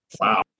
Wow